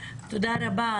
תודה רבה.